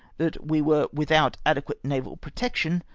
that we were without adequate naval protection,